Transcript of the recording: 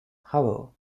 however